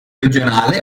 regionale